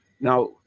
Now